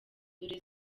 dore